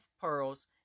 pearls